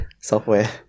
software